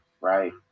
right